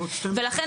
ולכן,